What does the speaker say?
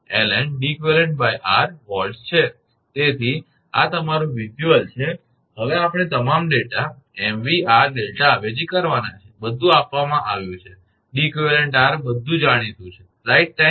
તેથી આ તમારો વિઝ્યુઅલ છે હવે આપણે તમામ ડેટા 𝑚𝑣 𝑟 𝛿 અવેજી કરવાના છે બધું આપવામાં આવ્યું છે 𝐷𝑒𝑞 𝑟 બધું જાણીતું છે